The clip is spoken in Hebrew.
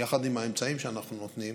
ביחד עם האמצעים שאנחנו נותנים,